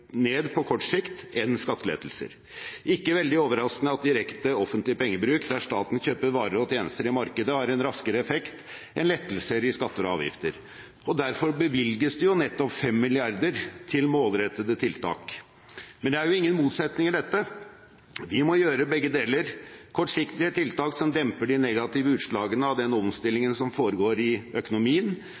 ned ledigheten på kort sikt enn skattelettelser. Det er ikke veldig overraskende at direkte offentlig pengebruk, der staten kjøper varer og tjenester i markedet, har en raskere effekt enn lettelser i skatter og avgifter, og nettopp derfor bevilges det 5 mrd. kr til målrettede tiltak. Men det er jo ingen motsetning i dette. Vi må gjøre begge deler. Kortsiktige tiltak som demper de negative utslagene av den omstillingen som foregår i økonomien,